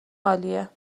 عالیه